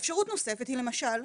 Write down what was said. אפשרות נוספת היא למשל,